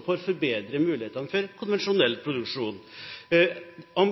forbedre mulighetene for konvensjonell produksjon.